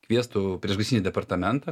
kviestų priešgaisrinį departamentą